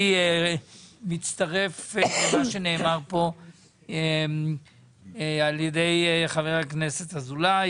אני מצטרף למה שנאמר פה על ידי חבר הכנסת אזולאי,